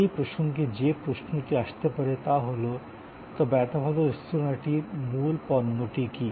সেই প্রসঙ্গে যে প্রশ্নটি আসতে পারে তা হল তবে এত ভাল রেস্তোঁরাটির মূল পণ্যটি কী